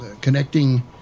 connecting